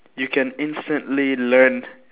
you can instantly learn